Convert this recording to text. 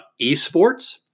eSports